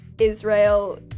Israel